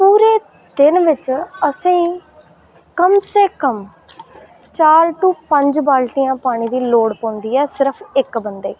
पूरे दिन बिच असें ई कम से कम चार टू पंज बाल्टियां पानी दी लोड़ पैौंदी ऐ सिर्फ इक बंदे ई